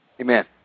Amen